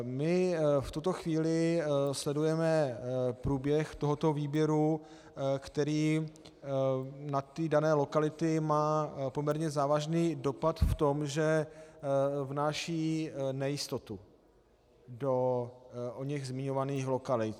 My v tuto chvíli sledujeme průběh tohoto výběru, který na dané lokality má poměrně závažný dopad v tom, že vnáší nejistotu do oněch zmiňovaných lokalit.